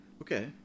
Okay